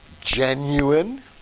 genuine